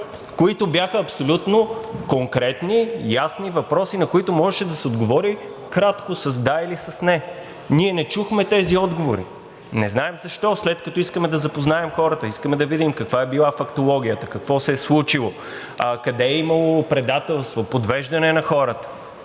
които бяха абсолютно конкретни, ясни въпроси, на които можеше да се отговори кратко с „да“ или с „не“. Ние не чухме тези отговори. Не знаем защо, след като искаме да запознаем хората, искаме да видим каква е била фактологията, какво се е случило, къде е имало предателство, подвеждане на хората.